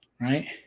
right